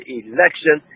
election